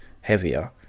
heavier